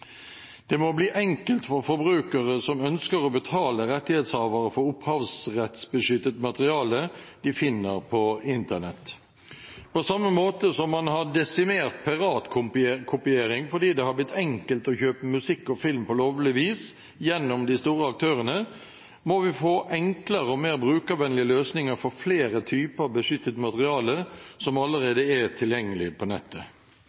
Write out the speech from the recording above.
Det må bli enkelt for forbrukere som ønsker å betale rettighetshavere for opphavsrettsbeskyttet materiale de finner på Internett. På samme måte som man har desimert piratkopiering fordi det har blitt enkelt å kjøpe musikk og film på lovlig vis gjennom de store aktørene, må vi få enklere og mer brukervennlige løsninger for flere typer beskyttet materiale som allerede er tilgjengelig på nettet.